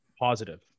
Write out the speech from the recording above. positive